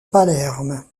palerme